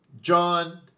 John